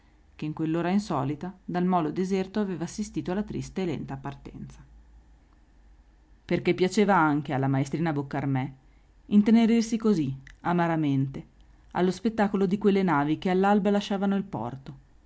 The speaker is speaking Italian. che in quell'ora insolita dal molo deserto aveva assistito alla triste e lenta partenza perché piaceva anche alla maestrina boccarmè intenerirsi così amaramente allo spettacolo di quelle navi che all'alba lasciavano il porto